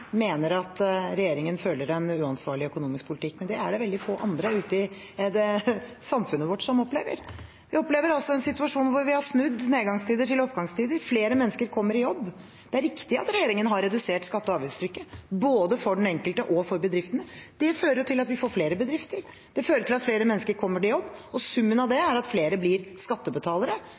mener at regjeringen fører en uansvarlig økonomisk politikk, men det er det veldig få andre ute i samfunnet vårt som opplever. Vi opplever en situasjon hvor vi har snudd nedgangstider til oppgangstider. Flere mennesker kommer i jobb. Det er riktig at regjeringen har redusert skatte- og avgiftstrykket, både for den enkelte og for bedriftene, men det fører jo til at vi får flere bedrifter. Det fører til at flere mennesker kommer i jobb. Summen av det er at flere blir skattebetalere